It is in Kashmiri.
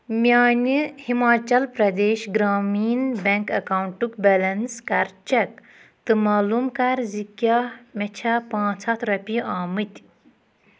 میانہِ ہِماچل پرٛدیش گرٛامیٖن بیٚنٛک اکاونٹُک بیلنس کَر چک تہٕ معلوٗم کَر زِ کیٛاہ مےٚ چھا پانٛژھ ہَتھ رۄپیہِ آمٕتۍ